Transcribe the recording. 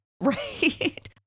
Right